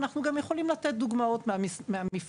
ואנחנו גם יכולים לתת דוגמאות מהמפרטים.